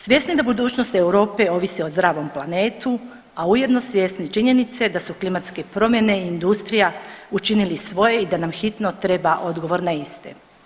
Svjesni da budućnost Europe ovisi o zdravom planetu, a ujedno svjesni činjenice da su klimatske promjene, industrija učinili svoje i da nam hitno treba odgovor na iste.